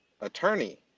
attorney